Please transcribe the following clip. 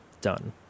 done